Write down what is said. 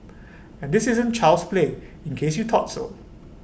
and this isn't child's play in case you thought so